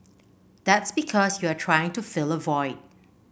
that's because you're trying to fill a void